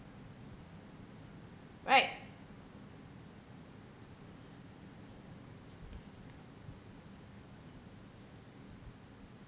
right